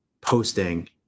posting